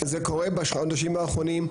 זה קורה בחודשים האחרונים,